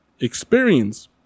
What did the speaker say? experience